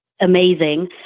amazing